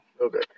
Okay